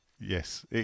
Yes